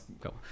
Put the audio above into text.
go